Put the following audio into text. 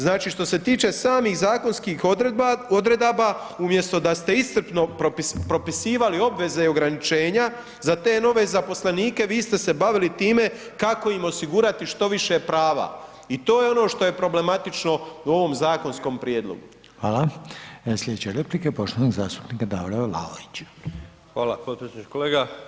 Znači što se tiče samih zakonskih odredaba, umjesto da ste iscrpno propisivali obveze i ograničenja za te nove zaposlenike, vi st se bavili time kako im osigurati što više prava i to je ono što je problematično u ovom zakonskom prijedlogu.